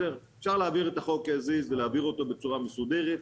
אפשר להעביר את החוק As is בצורה מסודרת.